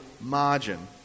margin